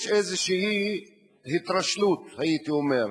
יש איזו התרשלות, הייתי אומר,